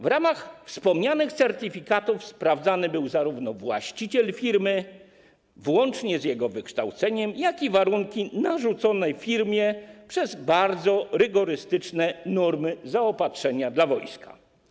W ramach wspomnianych certyfikatów sprawdzany był zarówno właściciel firmy, włącznie z jego wykształceniem, jak i warunki narzucone firmie przez bardzo rygorystyczne normy zaopatrzenia dla wojska.